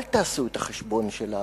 אל תעשו את החשבון של הערבים,